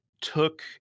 took